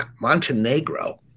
Montenegro